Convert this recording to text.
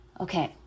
Okay